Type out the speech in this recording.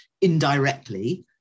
indirectly